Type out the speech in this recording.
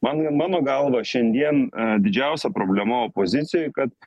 man mano galva šiandien didžiausia problema opozicijoje kad